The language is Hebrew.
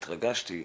התרגשתי,